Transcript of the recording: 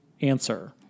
answer